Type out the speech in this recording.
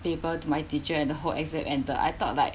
paper to my teacher and the whole exam ended I thought like